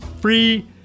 free